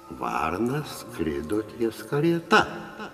varna skrido ties karieta